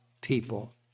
people